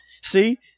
See